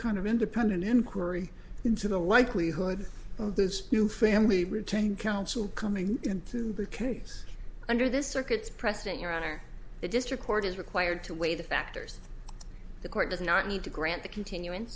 kind of independent inquiry into the likelihood of this new family retained counsel coming into the case under this circuit's precedent your honor the district court is required to weigh the factors the court does not need to grant the continu